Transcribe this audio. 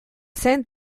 zen